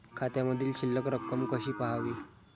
खात्यामधील शिल्लक रक्कम कशी पहावी?